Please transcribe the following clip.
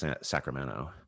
Sacramento